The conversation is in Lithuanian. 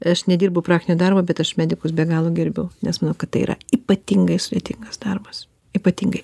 aš nedirbu praktinio darbo bet aš medikus be galo gerbiu nes manau kad tai yra ypatingai sudėtingas darbas ypatingai